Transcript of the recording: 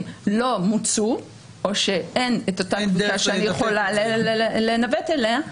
לא מוצו או שאין את אותה קבוצה שאני יכולה לנווט אליה,